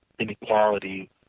inequality